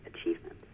achievements